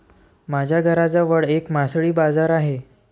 माझ्या घराजवळ एक मासळी बाजार आहे